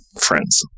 friends